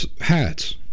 hats